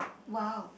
!wow!